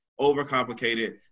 overcomplicated